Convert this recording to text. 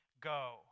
go